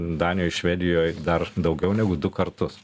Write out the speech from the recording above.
danijoj švedijoj dar daugiau negu du kartus